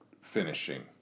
finishing